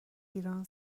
ایران